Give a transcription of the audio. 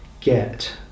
get